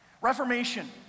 Reformation